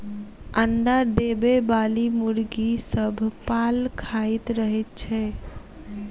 अंडा देबयबाली मुर्गी सभ पाल खाइत रहैत छै